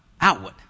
Outward